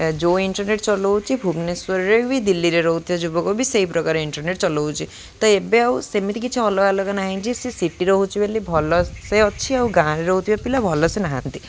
ଯେଉଁ ଇଣ୍ଟରନେଟ୍ ଚଲଉଛି ଭୁବନେଶ୍ୱରରେ ବି ଦିଲ୍ଲୀରେ ରହୁଥିବା ଯୁବକ ବି ସେଇ ପ୍ରକାର ଇଣ୍ଟରନେଟ୍ ଚଲଉଛି ତ ଏବେ ଆଉ ସେମିତି କିଛି ଅଲଗା ଅଲଗା ନାହିଁ ଯେ ସିଟିରେ ରହୁଛି ବୋଲି ଭଲସେ ଅଛି ଆଉ ଗାଁରେ ରହୁଥିବା ପିଲା ଭଲସେ ନାହାନ୍ତି